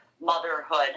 motherhood